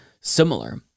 similar